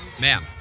ma'am